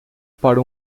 para